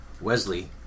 Wesley